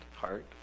heart